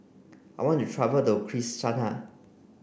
I want to travel to Kinshasa